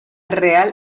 real